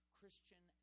Christian